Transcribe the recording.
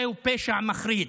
זהו פשע מחריד,